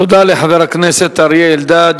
תודה לחבר הכנסת אריה אלדד.